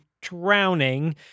drowning